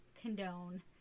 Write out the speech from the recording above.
condone